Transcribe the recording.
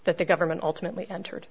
that the government ultimately entered